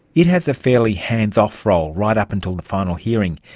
it has a fairly hands-off role, right up until the final hearing.